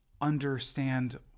understand